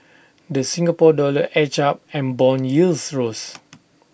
the Singapore dollar edged up and Bond yields rose